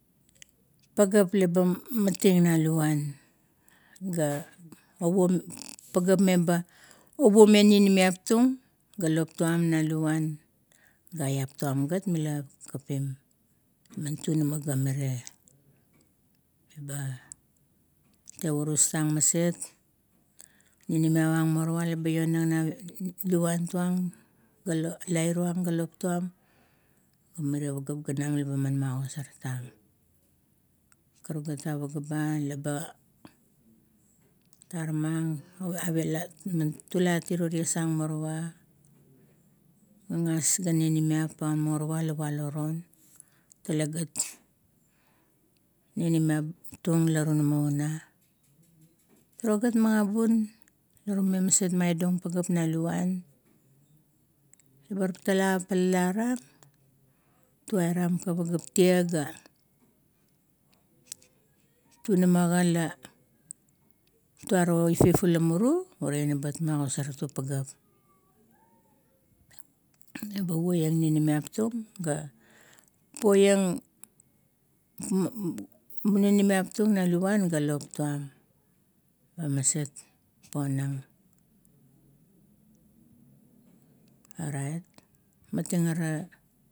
Pagaep laba mating na luvuan, ga ovuo, ga pagaep ovuomeng ninimiap tung ga lop tuam na luvuan, ga iap tuam gat mila kapim man tunama gamire. Be tevurus tang maset, ninimiap ang morowa leba ionang na luvuan tung ga lairua ang, ga lop tuam gamirie pageap ganam labaman magosar tang. Karuk gat a pagea ba taramang <> are laman tulat iro ties an morowa gagas ga ninimiap ang morowa la walo raun, tale gat ninimiap tung la tunamauna. Turo gat magabun la tume maset maidong pagaep na luvuan, bir tala palalarang tuarang ka pageap tie, ga, tunama ga turo ifip ula muru, ure ina bat magosar tung pageap. Meba puian ninimiap tung gat, poiang ninimiap tung na luvuan ga lop tuam le maset ponang. Orait mating ara.